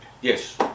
Yes